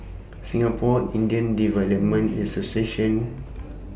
Singapore Indian Development Association